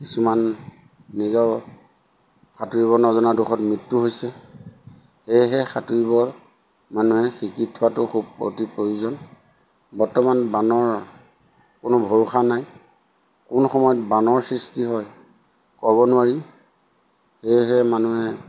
কিছুমান নিজৰ সাঁতুৰিব নজনা দুখত মৃত্যু হৈছে সেয়েহে সাঁতুৰিব মানুহে শিকি থোৱাটো খুব অতি প্ৰয়োজন বৰ্তমান বানৰ কোনো ভৰসা নাই কোন সময়ত বানৰ সৃষ্টি হয় ক'ব নোৱাৰি সেয়েহে মানুহে